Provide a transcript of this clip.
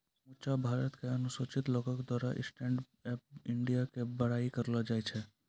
समुच्चा भारत के अनुसूचित लोको के द्वारा स्टैंड अप इंडिया के बड़ाई करलो जाय छै